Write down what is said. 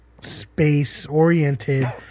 space-oriented